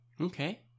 Okay